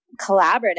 collaborative